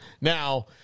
Now